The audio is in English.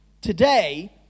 today